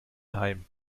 heim